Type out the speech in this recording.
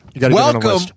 Welcome